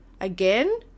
Again